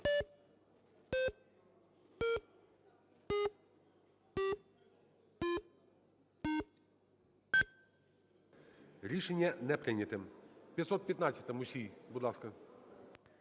Рішення не прийняте. 515-а, Мусій. Будь ласка.